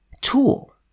tool